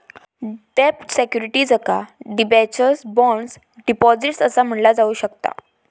डेब्ट सिक्युरिटीजका debentures, bonds, deposits असा म्हटला जाऊ शकता